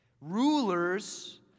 Rulers